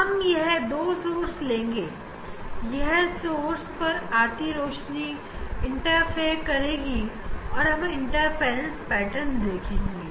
इस तरह से हम यह दो सोर्स मान सकते हैं जिनसे जब प्रकाश आएगा तो वहां इंटरफेयर करेगा और हम इंटरफ्रेंस पेटर्न देखेंगे